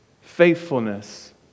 Faithfulness